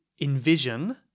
envision